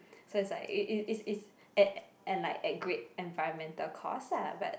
so it's like it's it's it's it's at at like a great environmental cause lah but